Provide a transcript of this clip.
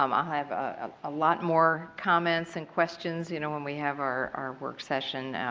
um ah have a lot more comments and questions you know when we have our work session.